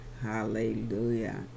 Hallelujah